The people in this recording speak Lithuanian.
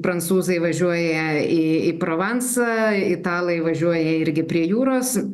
prancūzai važiuoja į provansą italai važiuoja irgi prie jūros